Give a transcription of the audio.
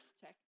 Check